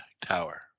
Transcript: tower